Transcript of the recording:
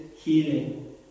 healing